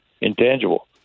intangible